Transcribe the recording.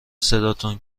صداتون